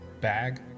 bag